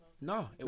no